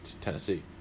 Tennessee